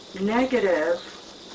negative